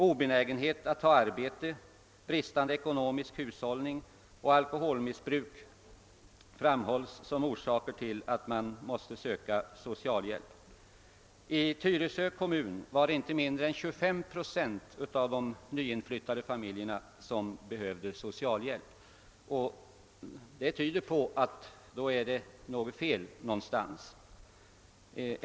Obenägenhet att ta arbete, bristande ekonomisk hushållning och alkoholmissbruk framhålls som orsaker till att man måste söka socialhjälp. I Tyresö kommun var det inte mind re än 25 procent av de nyinflyttade familjerna som behövde socialhjälp, och det tyder på att det är något fel någonstans.